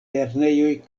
lernejoj